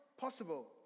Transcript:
possible